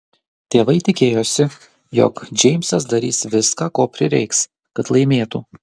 tėvai tikėjosi jog džeimsas darys viską ko prireiks kad laimėtų